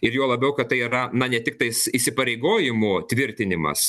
ir juo labiau kad tai yra na ne tiktais įsipareigojimų tvirtinimas